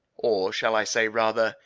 or shall i say rather,